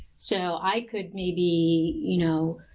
so, i could maybe, you know,